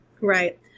Right